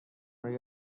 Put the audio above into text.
روی